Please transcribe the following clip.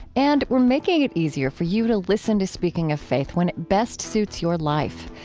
and we're making it easier for you to listen to speaking of faith when it best suits your life.